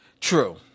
True